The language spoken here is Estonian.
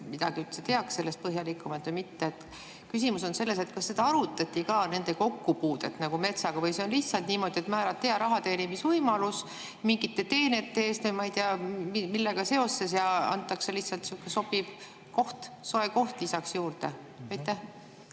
midagi teab põhjalikumalt või mitte. Küsimus on selles, kas arutati ka nende kokkupuudet metsaga või see on lihtsalt niimoodi, et määrati rahateenimisvõimalus mingite teenete eest ei tea millega seoses ja antakse lihtsalt sihuke sobiv soe koht lisaks juurde.